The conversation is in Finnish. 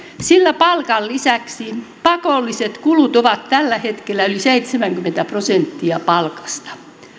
sillä palkan lisäksi pakolliset kulut ovat tällä hetkellä yli seitsemänkymmentä prosenttia palkasta